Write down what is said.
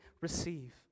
receive